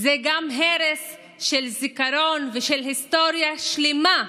זה גם הרס של זיכרון ושל היסטוריה שלמה,